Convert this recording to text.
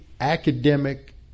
academic